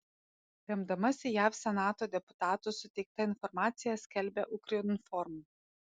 remdamasi jav senato deputatų suteikta informacija skelbia ukrinform